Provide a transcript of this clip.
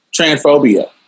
Transphobia